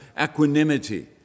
equanimity